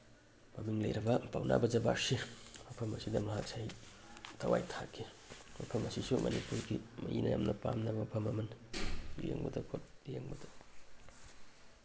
ꯃꯃꯤꯡ ꯂꯩꯔꯕ ꯄꯧꯅꯥ ꯕ꯭ꯔꯖꯕꯥꯁꯤ ꯃꯐꯝ ꯑꯁꯤꯗ ꯃꯍꯥꯛ ꯊꯋꯥꯏ ꯊꯥꯈꯤ ꯃꯐꯝ ꯑꯁꯤꯁꯨ ꯃꯅꯤꯄꯨꯔꯒꯤ ꯃꯤꯅ ꯌꯥꯝꯅ ꯄꯥꯝꯅꯕ ꯃꯐꯝ ꯑꯃꯅꯤ ꯌꯦꯡꯕꯗ